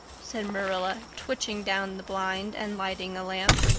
said marilla, twitching down the blind and lighting a lamp.